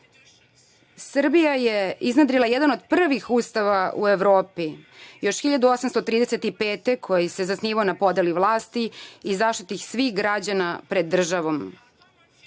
Srbija je iznedrila jedan od prvih Ustava u Evropi, još 1835. godine, koji se zasnivao na podeli vlasti i zaštiti svih građana pred državom. Naša